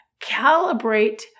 calibrate